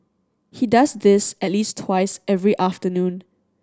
he does this at least twice every afternoon